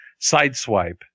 Sideswipe